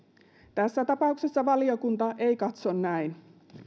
tässä tapauksessa valiokunta ei katso näin